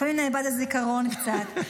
לפעמים נאבד הזיכרון קצת.